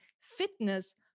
fitness